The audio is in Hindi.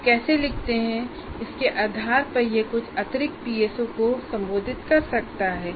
आप कैसे लिखते हैं इसके आधार पर यह कुछ अतिरिक्त पीएसओ को संबोधित कर सकता है